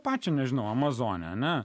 pačią nežinojau amazonė ana